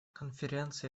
конференции